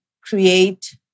create